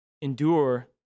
endure